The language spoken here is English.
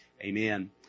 Amen